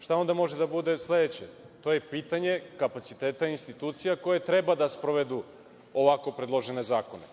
Šta onda može da bude sleće? To je pitanje kapaciteta institucija koje treba da sprovedu ovako predložene zakona,